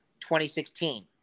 2016